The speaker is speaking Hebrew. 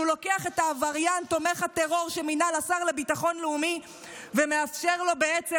הוא לוקח את העבריין תומך הטרור שמינה לשר לביטחון לאומי ומאפשר לו בעצם